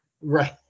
Right